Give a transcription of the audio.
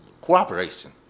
cooperation